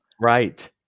Right